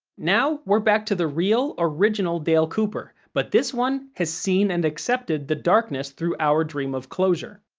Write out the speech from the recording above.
now, we're back to the real, original dale cooper, but this one has seen and accepted the darkness through our dream of closure.